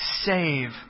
save